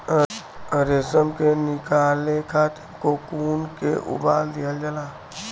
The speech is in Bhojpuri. रेशम के निकाले खातिर कोकून के उबाल दिहल जाला